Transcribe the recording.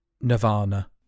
Nirvana